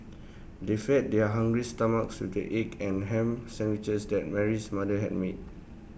they fed their hungry stomachs with the egg and Ham Sandwiches that Mary's mother had made